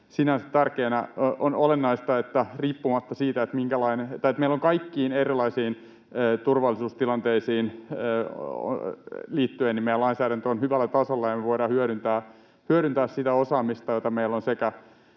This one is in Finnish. sinänsä tärkeänä. On olennaista, että meillä kaikkiin erilaisiin turvallisuustilanteisiin liittyen lainsäädäntö on hyvällä tasolla ja me voidaan hyödyntää sitä osaamista, jota meillä on sekä